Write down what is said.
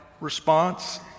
response